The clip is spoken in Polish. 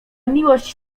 miłość